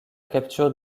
capture